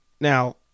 Now